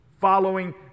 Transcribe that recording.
following